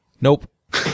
nope